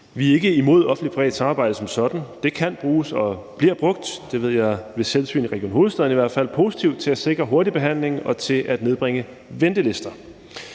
Vi er ikke imod offentlig-privat samarbejde som sådan. Det kan bruges og bliver – det ved jeg fra selvsyn i Region Hovedstaden – i hvert fald brugt positivt til at sikre hurtig behandling og til at nedbringe ventelister.